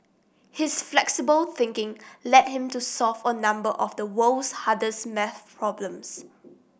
his flexible thinking led him to solve a number of the world's hardest maths problems